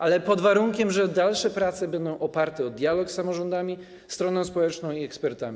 ale pod warunkiem, że dalsze prace będą oparte na dialogu z samorządami, stroną społeczną i ekspertami.